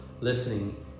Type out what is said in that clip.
listening